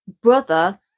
brother